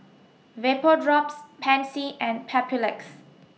Vapodrops Pansy and Papulex